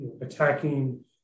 attacking